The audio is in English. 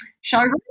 showroom